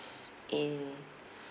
in